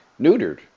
neutered